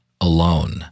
alone